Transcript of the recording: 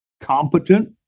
competent